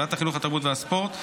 בוועדת החינוך התרבות והספורט,